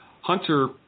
Hunter